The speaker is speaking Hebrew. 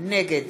נגד